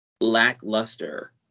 lackluster